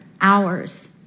hours